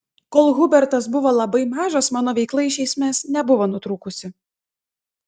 kol hubertas buvo labai mažas mano veikla iš esmės nebuvo nutrūkusi